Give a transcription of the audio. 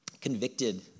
convicted